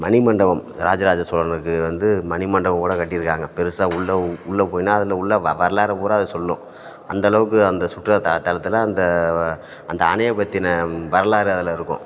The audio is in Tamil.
மணிமண்டபம் ராஜ ராஜ சோழனுக்கு வந்து மணிமண்டபம் கூட கட்டியிருக்காங்க பெருசாக உள்ளே உள்ளே போனீன்னால் அதில் உள்ள வர் வரலாறு பூரா அது சொல்லும் அந்தளவுக்கு அந்த சுற்றுலாத் தலத்தில் அந்த அந்த அணையை பற்றின வரலாறு அதில் இருக்கும்